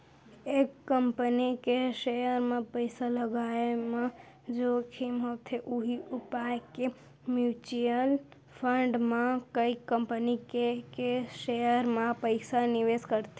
एक कंपनी के सेयर म पइसा लगाय म जोखिम होथे उही पाय के म्युचुअल फंड ह कई कंपनी के के सेयर म पइसा निवेस करथे